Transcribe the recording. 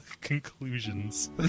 conclusions